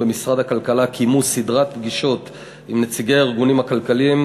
במשרד הכלכלה קיימו סדרת פגישות עם נציגי הארגונים הכלכליים,